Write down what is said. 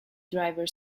driver